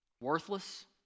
Worthless